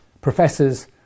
professors